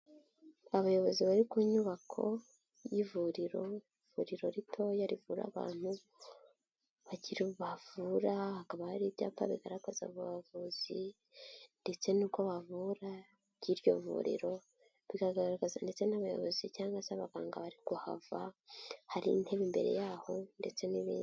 Abayobozi bari ku nyubako y'ivuriro, ivuriro ritoya rivura abantu, bavura, hakaba hari ibyapa bigaragaza abavuzi ndetse n'uko bavura by'iryo vuriro, bikagaragaza ndetse n'abayobozi cyangwa se abaganga bari kuhava, hari intebe imbere yaho ndetse n'ibindi.